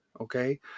okay